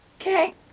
Okay